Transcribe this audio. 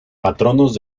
patronos